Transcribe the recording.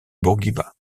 bourguiba